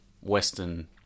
Western